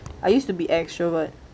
I used to be extrovert